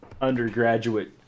undergraduate